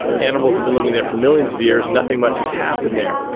animals have been living there for millions of years, nothing much has happened there.